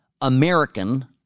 American